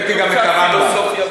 עיסאווי הולך למקווה.